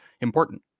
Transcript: important